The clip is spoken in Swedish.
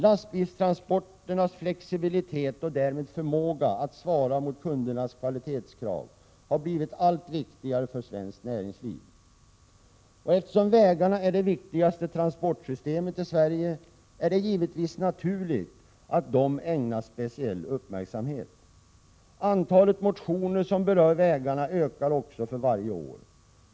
Lastbilstransporternas flexibilitet och därmed förmåga att svara mot kundernas kvalitetskrav har blivit allt viktigare för svenskt näringsliv. Eftersom vägarna är det viktigaste transportsystemet i Sverige är det givetvis naturligt att de ägnas speciell uppmärksamhet. Antalet motioner som berör vägarna ökar för varje år.